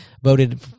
voted